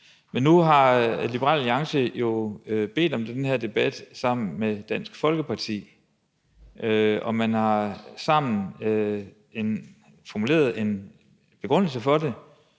Men nu har Liberal Alliance jo bedt om den her debat sammen med Dansk Folkeparti, og man har sammen formuleret en begrundelse for det.